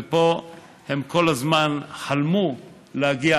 ולפה הם כל הזמן חלמו להגיע,